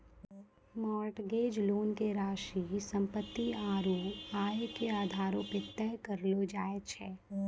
mortgage loan के राशि सम्पत्ति आरू आय के आधारो पे तय करलो जाय छै